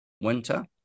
winter